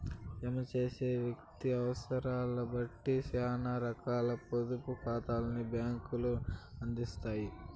జమ చేసిన వ్యక్తి అవుసరాన్నిబట్టి సేనా రకాల పొదుపు కాతాల్ని బ్యాంకులు అందిత్తాయి